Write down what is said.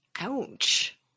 Ouch